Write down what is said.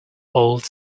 old